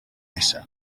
nesaf